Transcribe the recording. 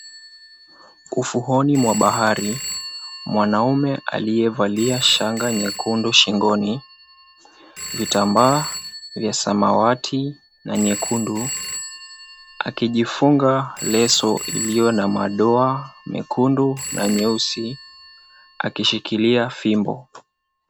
Ufuoni mwa bahari. Mwanaume aliyevalia shanga nyekundu shingoni, vitambaa vya samawati na nyekundu. Alijifunga leso iliyo na madoa mekundu na nyeusi, akishikilia fimbo.